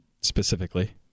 specifically